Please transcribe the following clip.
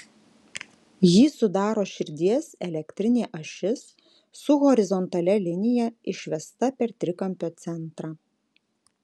jį sudaro širdies elektrinė ašis su horizontalia linija išvesta per trikampio centrą